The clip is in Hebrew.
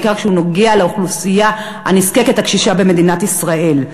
בעיקר כשהוא נוגע לאוכלוסייה הנזקקת הקשישה במדינת ישראל.